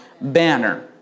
banner